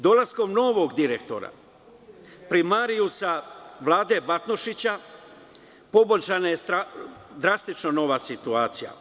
Dolaskom novog direktora primarijusa Vlade Batnušića poboljšana je drastično nova situacija.